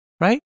right